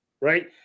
right